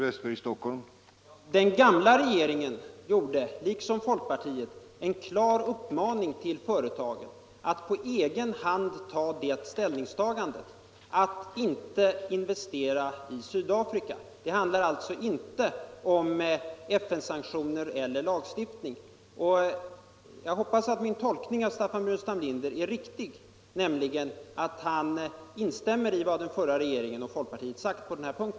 Herr tålman! Den gamla regeringen riktade liksom folkpartiet en klar uppmaning till företagen att på egen hand ta det steget att inte investera i Sydafrika. Det handlar alltså inte om FN-sanktioner eller tagstiftning. Jag hoppas att min tolkning av herr Staffan Burenstam Linders uttalande är riktig. nämligen att han instämmer ; vad den förra regeringen och folkpartiet sagt på denna punkt.